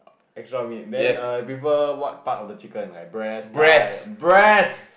extra meat then err you prefer what part of the chicken like breast thigh breast